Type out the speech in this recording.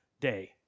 day